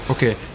Okay